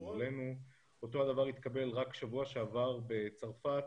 אותו הדבר התקבל רק בשבוע שעבר בצרפת,